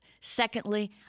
Secondly